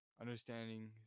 Understanding